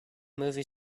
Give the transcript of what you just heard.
movie